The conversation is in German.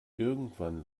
irgendwann